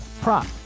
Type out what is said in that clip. prop